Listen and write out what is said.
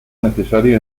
necesario